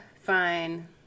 fine